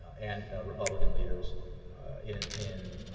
and republican leaders in and in